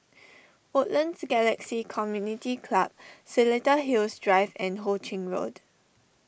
Woodlands Galaxy Community Club Seletar Hills Drive and Ho Ching Road